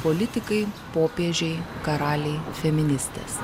politikai popiežiai karaliai feministės